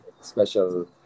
special